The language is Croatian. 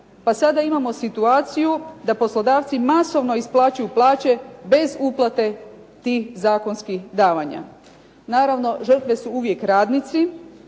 Pa sada imamo situaciju da poslodavci masovno isplaćuju plaće bez uplate tih zakonskih davanja. Naravno žrtve su uvijek radnici